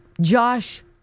Josh